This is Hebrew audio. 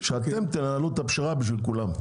שאתם תעלו את הפשרה בשביל כולם.